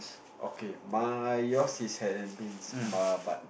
okay my yours is had been but